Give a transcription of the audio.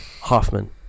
Hoffman